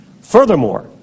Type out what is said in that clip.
Furthermore